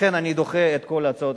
לכן אני דוחה את כל ההצעות,